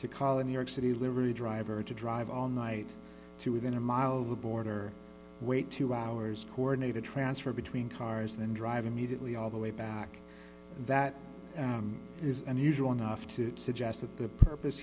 to cali new york city livery driver to drive all night to within a mile of the border wait two hours coordinated transfer between cars then drive immediately all the way back that is unusual enough to suggest that the purpose